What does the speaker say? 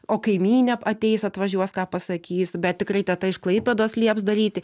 o kaimynė ateis atvažiuos ką pasakys bet tikrai teta iš klaipėdos lieps daryti